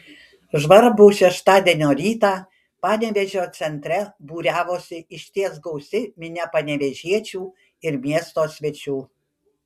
žvarbų šeštadienio rytą panevėžio centre būriavosi išties gausi minia panevėžiečių ir miesto svečių